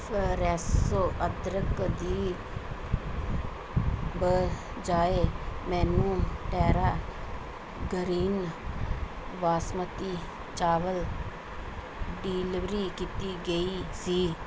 ਫਰੈਸੋ ਅਦਰਕ ਦੀ ਬਜਾਏ ਮੈਨੂੰ ਟੈਰਾ ਗ੍ਰੀਨ ਬਾਸਮਤੀ ਚਾਵਲ ਡਿਲੀਵਰੀ ਕੀਤੀ ਗਈ ਸੀ